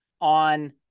on